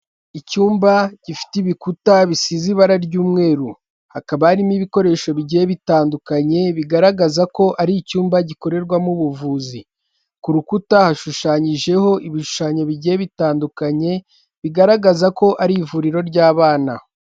Icyumba gifite ibikuta bisize ibara ry'umweru hakaba harimo ibikoresho bigiye bitandukanye bigaragaza ko ari icyumba gikorerwamo ubuvuzi, ku rukuta hashushanyijeho ibishushanyo bigiye bitandukanye bigaragaza ko ari ivuriro ry'abana.